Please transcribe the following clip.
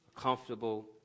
comfortable